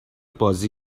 بازی